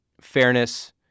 fairness